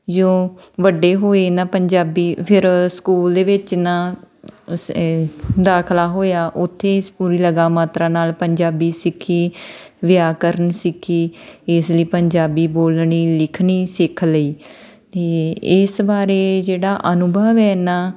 ਜਦੋਂ ਵੱਡੇ ਹੋਏ ਨਾ ਪੰਜਾਬੀ ਫਿਰ ਸਕੂਲ ਦੇ ਵਿੱਚ ਨਾ ਦਾਖਲਾ ਹੋਇਆ ਉੱਥੇ ਅਸੀਂ ਪੂਰੀ ਲਗਾਂ ਮਾਤਰਾ ਨਾਲ ਪੰਜਾਬੀ ਸਿੱਖੀ ਵਿਆਕਰਨ ਸਿੱਖੀ ਇਸ ਲਈ ਪੰਜਾਬੀ ਬੋਲਣੀ ਲਿਖਣੀ ਸਿੱਖ ਲਈ ਅਤੇ ਇਸ ਬਾਰੇ ਜਿਹੜਾ ਅਨੁਭਵ ਹੈ ਨਾ